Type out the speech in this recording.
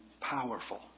powerful